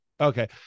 okay